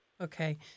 Okay